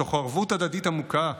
מתוך ערבות הדדית עמוקה,